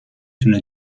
تونه